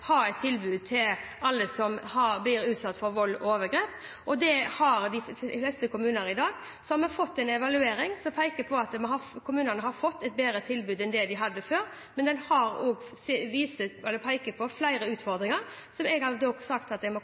ha et tilbud til alle som er utsatt for vold og overgrep. Det har de fleste kommuner i dag. Så har vi fått en evaluering som peker på at kommunene har fått et bedre tilbud enn de hadde før, men det pekes også på flere utfordringer, og jeg må komme tilbake til hvordan vi skal følge opp den evalueringen som viser at vi har